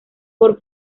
por